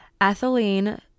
ethylene